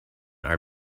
are